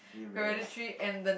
Hereditary and the